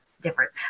different